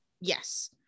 Yes